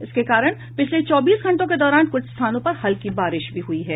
इसके कारण पिछले चौबीस घंटों के दौरान कुछ स्थानों पर हल्की बारिश भी हुई है